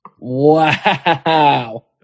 Wow